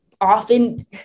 often